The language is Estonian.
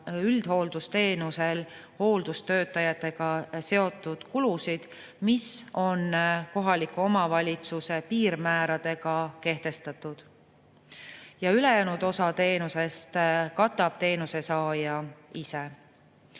üldhooldusteenust [osutavate] hooldustöötajatega seotud kulusid, mis on kohaliku omavalitsuse piirmääradega kehtestatud. Ülejäänud osa teenusest katab teenuse saaja ise.